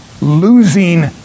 losing